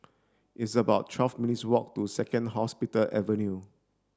it's about twelve minutes walk to Second Hospital Avenue